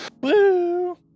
Woo